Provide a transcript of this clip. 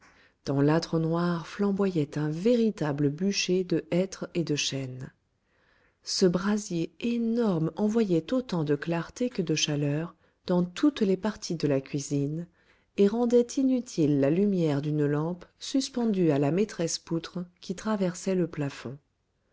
dans l'âtre noir flamboyait un véritable bûcher de hêtre et de chêne ce brasier énorme envoyait autant de clarté que de chaleur dans toutes les parties de la cuisine et rendait inutile la lumière d'une lampe suspendue à la maîtresse poutre qui traversait le plafond